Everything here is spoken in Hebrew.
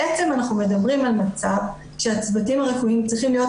אנחנו מדברים על מצב שהצוותים הרפואיים צריכים להיות